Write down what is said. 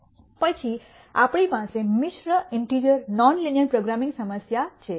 પછી આપણી પાસે મિશ્ર ઇન્ટિજર નોન લિનિયર પ્રોગ્રામિંગ સમસ્યા છે